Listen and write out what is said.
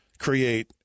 create